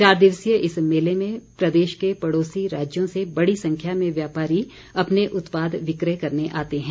चार दिवसीय इस मेले में प्रदेश के पड़ोसी राज्यों से बड़ी संख्या में व्यापारी अपने उत्पाद विक्रय करने आते हैं